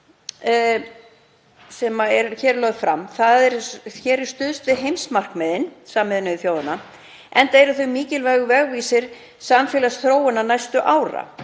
sem hér er lögð fram er stuðst við heimsmarkmið Sameinuðu þjóðanna, enda eru þau mikilvægur vegvísir samfélagsþróunar næstu ára.